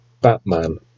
Batman